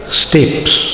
steps